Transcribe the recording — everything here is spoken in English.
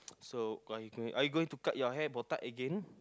so go are you going to cut your hair botak again